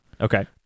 okay